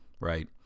right